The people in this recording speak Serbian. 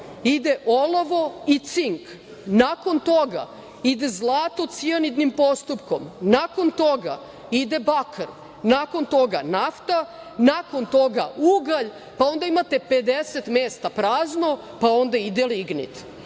ide olovo i cink. Nakon toga ide zlato cijanidnim postupkom. Nakon toga ide bakar, nakon toga nafta, nakon toga ugalj, pa onda imate 50 mesta prazno, onda ide lignit.